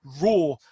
raw